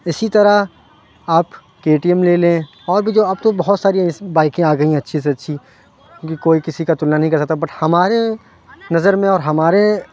اسی طرح آپ کے ٹی ایم لے لیں اور بھی جو اب تو بہت ساری ایسی بائکیں آ گئی ہیں اچھی سے اچھی کوئی کسی کا تلنا نہیں کر سکتا بٹ ہمارے نظر میں اور ہمارے